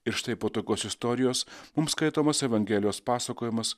ir štai po tokios istorijos mums skaitomas evangelijos pasakojimas